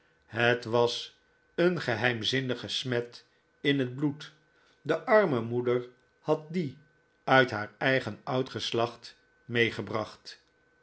het was een geheimzinnige smet in het bloed de arme moeder had die uit haar eigen oud geslacbt meegebracht